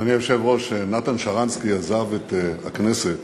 אדוני היושב-ראש, כשנתן שרנסקי עזב את הכנסת